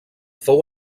fou